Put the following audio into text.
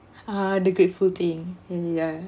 ah the grateful thing ya